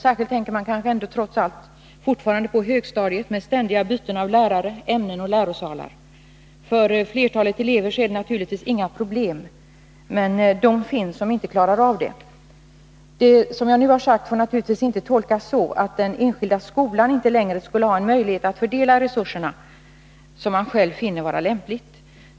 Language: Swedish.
Särskilt tänker man kanske ändå fortfarande på högstadiet med ständiga byten av lärare, ämnen och lärosalar. För flertalet elever är detta naturligtvis inget problem, men det finns de som inte klarar av det. Vad jag nu har sagt får naturligtvis inte tolkas så att den enskilda skolan inte längre skulle ha möjligheter att fördela resurserna på det sätt som man finner lämpligt.